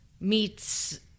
meets